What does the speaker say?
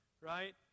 right